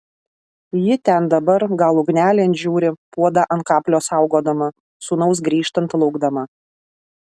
ji ten dabar gal ugnelėn žiūri puodą ant kablio saugodama sūnaus grįžtant laukdama